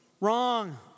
wrong